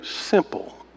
simple